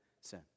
sin